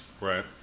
Right